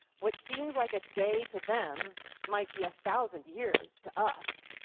what seems like a day to them might be a thousand years to us.